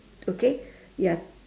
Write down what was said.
okay ya